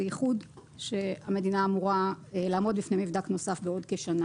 בייחוד שהמדינה אמורה לעמוד בפני מבדק נוסף בעוד כשנה.